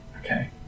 Okay